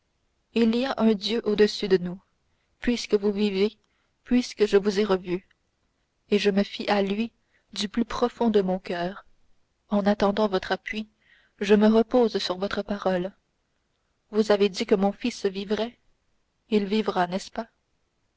il y a un dieu au-dessus de nous puisque vous vivez puisque je vous ai revu et je me fie à lui du plus profond de mon coeur en attendant son appui je me repose sur votre parole vous avez dit que mon fils vivrait il vivra n'est-ce pas